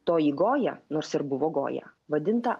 toji goja nors ir buvo goja vadinta